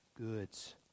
goods